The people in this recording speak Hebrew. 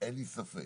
אין לי ספק.